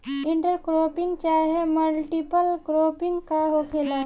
Inter cropping चाहे multiple cropping का होखेला?